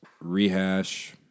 Rehash